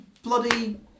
Bloody